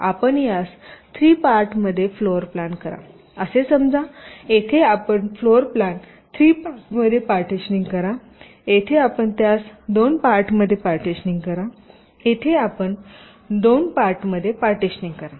आपण यास 3 पार्टमध्ये फ्लोर प्लॅन करा असे समजा येथे आपण फ्लोर प्लॅन 3 पार्टमध्ये पार्टीशनिंग करा येथे आपण त्यास 2 पार्टमध्ये पार्टीशनिंग करा येथे आपण 2 पार्टमध्ये पार्टीशनिंग करा